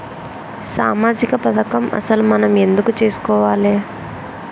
సామాజిక పథకం అసలు మనం ఎందుకు చేస్కోవాలే?